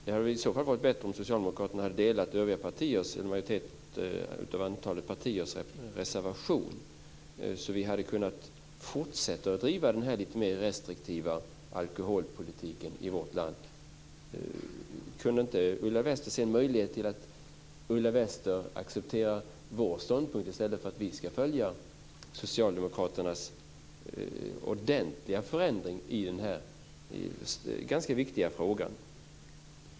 Det hade varit bättre om socialdemokraterna hade instämt i övriga partiers reservation så att vi hade kunnat fortsätta att driva den lite mer restriktiva alkoholpolitiken i vårt land. Finns det ingen möjlighet att Ulla Wester kan acceptera vår ståndpunkt i stället för att vi ska följa socialdemokraternas ordentliga förändring i denna ganska viktiga fråga?